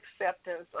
acceptance